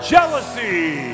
Jealousy